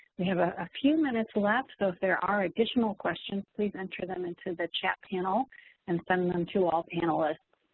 we have a few minutes left so if there are additional questions please enter them into the chat panel and send them to all panelists.